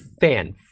fan